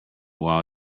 while